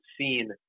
seen